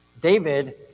David